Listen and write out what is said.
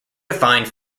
defined